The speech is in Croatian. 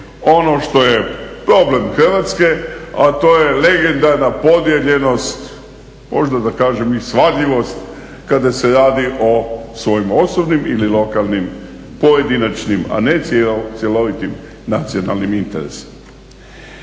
ono što je problem Hrvatske a to je legendarna podijeljenost, možda da kažem i svadljivost kada se radi o svojim osobnim ili lokalnim, pojedinačnim a ne cjelovitim nacionalnim interesom.